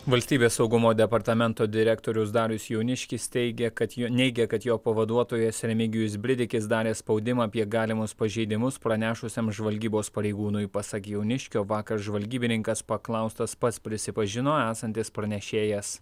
valstybės saugumo departamento direktorius darius jauniškis teigė kad jo neigė kad jo pavaduotojas remigijus bridikis darė spaudimą apie galimus pažeidimus pranešusiam žvalgybos pareigūnui pasak jauniškio vakar žvalgybininkas paklaustas pats prisipažino esantis pranešėjas